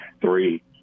three